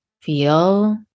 feel